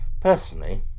Personally